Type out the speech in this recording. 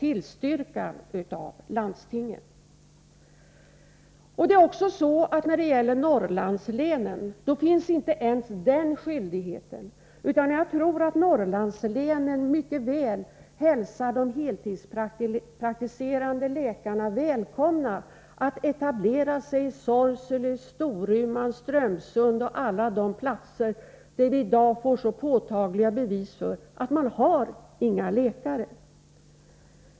I fråga om Norrlandslänen gäller inte ens den skyldigheten. Jag tror att Norrlandslänen verkligen hälsar de heltidspraktiserande läkarna välkomna. De kan etablera sig i Sorsele, Storuman, Strömsund och på alla orter där man — det finns påtagliga bevis för detta — inte har några läkare.